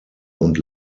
und